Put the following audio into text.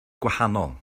gwahanol